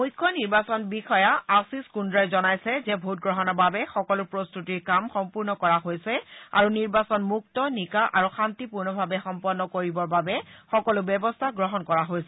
মুখ্য নিৰ্বাচন বিষয়া আশীষ কুদ্ৰাই জনাইছে যে ভোটগ্ৰহণৰ বাবে সকলো প্ৰস্তুতিৰ কাম সম্পূৰ্ণ কৰা হৈছে আৰু নিৰ্বাচন মুক্ত নিকা আৰু শান্তিপূৰ্ণভাৱে সম্পন্ন কৰিবৰ বাবে সকলো ব্যৱস্থা গ্ৰহণ কৰা হৈছে